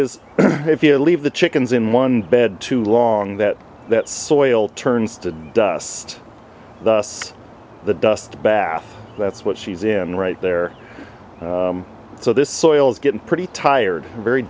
is if you leave the chickens in one bed too long that that soil turns to dust thus the dust bath that's what she's in right there so this soil is getting pretty tired very